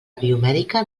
biomèdica